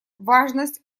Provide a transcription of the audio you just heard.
важность